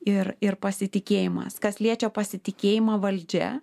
ir ir pasitikėjimas kas liečia pasitikėjimą valdžia